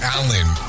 Allen